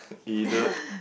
uh aided